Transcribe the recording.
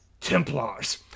Templars